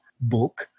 book